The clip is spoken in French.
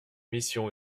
missions